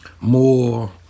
more